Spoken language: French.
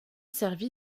servi